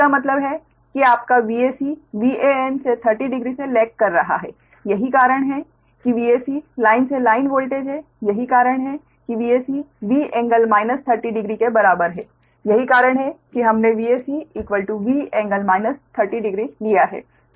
इसका मतलब है कि आपका Vac Van से 30 डिग्री से लेग कर रहा है यही कारण है कि Vac लाइन से लाइन वोल्टेज है यही कारण है कि Vac V∟ 30 डिग्री के बराबर है यही कारण है कि हमने Vac V∟ 30 डिग्री लिया है